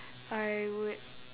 I would